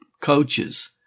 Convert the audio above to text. coaches